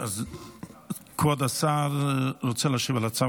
כבוד השר רוצה להשיב על ההצעה?